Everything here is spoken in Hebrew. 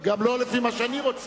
וגם לא לפי מה שאני רוצה.